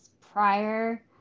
prior